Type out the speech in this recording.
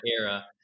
era